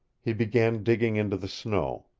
he began digging into the snow.